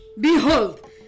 Behold